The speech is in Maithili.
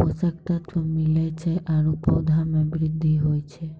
पोषक तत्व मिलै छै आरु पौधा म वृद्धि होय छै